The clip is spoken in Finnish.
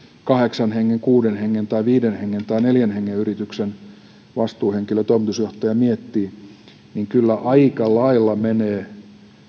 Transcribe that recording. kahdeksan hengen kuuden hengen viiden hengen tai neljän hengen yrityksen vastuuhenkilö toimitusjohtaja miettii niin kyllä aika lailla menee